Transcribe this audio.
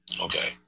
okay